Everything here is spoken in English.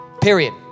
period